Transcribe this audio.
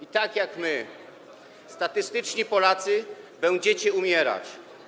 i tak jak my, statystyczni Polacy, będziecie umierać.